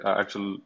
actual